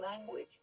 language